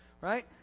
right